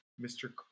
Mr